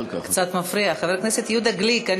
קשור לחבר הכנסת גליק?